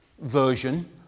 version